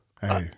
hey